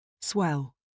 Swell